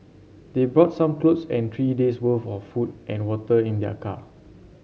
they brought some clothes and three days' worth of food and water in their car